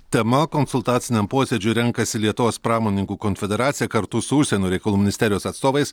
tema konsultaciniam posėdžiui renkasi lietuvos pramonininkų konfederacija kartu su užsienio reikalų ministerijos atstovais